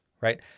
right